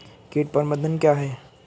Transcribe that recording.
कीट प्रबंधन क्या है?